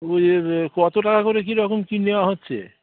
ও কতো টাকা করে কীরকম কী নেওয়া হচ্ছে